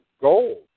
gold